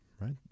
Right